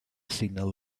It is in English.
signal